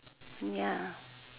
ya